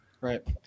right